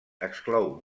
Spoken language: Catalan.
exclou